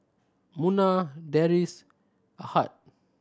Munah Deris Ahad